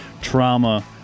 trauma